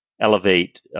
elevate